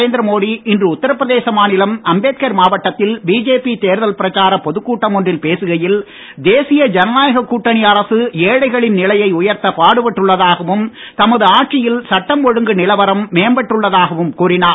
நரேந்திர மோடி இன்று உத்திரப்பிரதேசம் மாநிலம் அம்பேத்கர் மாவட்டத்தில் பிஜேபி தேர்தல் பிரச்சார பொதுக்கூட்டம் ஒன்றில் பேசுகையில் தேசிய ஜனநாயக கூட்டணி அரசு ஏழைகளின் நிலையை உயர்த்த பாடுபட்டுள்ளதாகவும் தமது ஆட்சியில் சட்டம் ஒழுங்கு நிலவரம் மேம்பட்டுள்ளதாகவும் கூறினார்